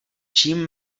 čím